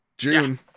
june